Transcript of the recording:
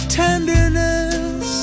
tenderness